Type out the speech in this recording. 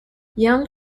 young